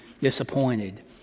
disappointed